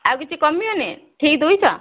ଆଉ କିଛି କମିବନି ଠିକ୍ ଦୁଇଶହ